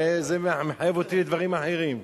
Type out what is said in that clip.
וזה מחייב אותי דברים אחרים.